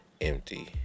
empty